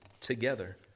together